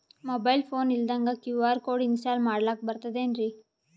Mobile phone ಇಲ್ದಂಗ QR code install ಮಾಡ್ಲಕ ಬರ್ತದೇನ್ರಿ?